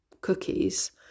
cookies